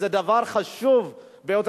זה דבר חשוב ביותר.